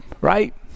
right